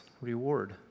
reward